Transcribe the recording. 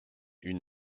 une